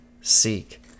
seek